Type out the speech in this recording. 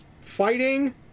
fighting